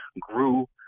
grew